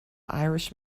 irish